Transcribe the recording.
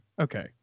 okay